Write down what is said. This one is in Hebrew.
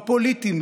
הפוליטיים,